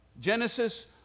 Genesis